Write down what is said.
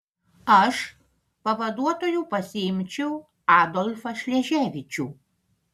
aš pavaduotoju pasiimčiau adolfą šleževičių